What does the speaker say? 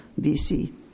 BC